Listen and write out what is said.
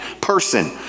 person